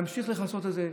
להמשיך לכסות את זה,